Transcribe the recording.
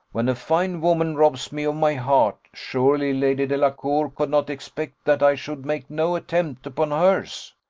when a fine woman robs me of my heart, surely lady delacour could not expect that i should make no attempt upon hers.